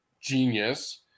genius